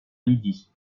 lydie